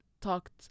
talked